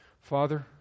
Father